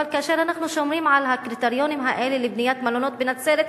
כאשר אנחנו שומעים על הקריטריונים האלה לבניית מלונות בנצרת,